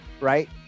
right